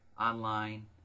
online